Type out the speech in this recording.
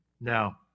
Now